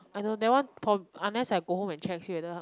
I know that one prob~ unless I go home and check see whether how